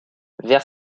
vers